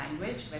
language